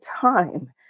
time